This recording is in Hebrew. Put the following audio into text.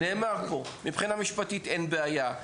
נאמר פה מבחינה משפטית אין בעיה,